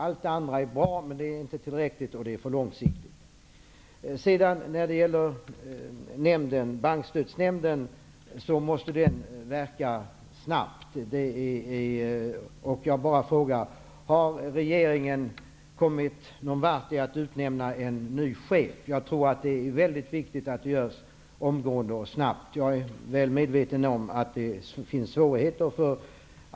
Allt det andra är bra, men det är inte tillräckligt och det är för långsiktigt. Bankstödsnämnden måste verka snabbt. Jag bara frågar: Har regeringen kommit någon vart med att utnämna en ny chef? Jag tror att det är mycket viktigt att det görs omgående. Jag är väl medveten om att det finns svårigheter.